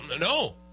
no